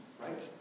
Right